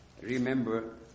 Remember